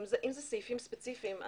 אם אלה סעיפים ספציפיים,